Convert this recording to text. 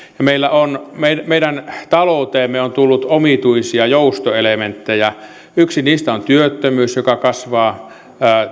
ja meidän talouteemme on tullut omituisia joustoelementtejä yksi niistä on työttömyys joka kasvaa